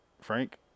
Frank